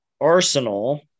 Arsenal